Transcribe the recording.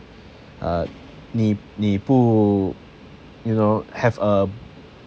uh 你你不 you know have a